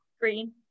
Green